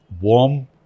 warm